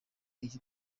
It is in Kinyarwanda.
iyi